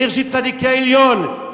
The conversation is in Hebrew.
עיר של צדיקי עליון,